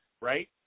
right